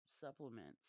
supplements